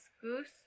goose